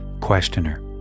Questioner